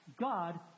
God